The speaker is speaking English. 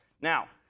Now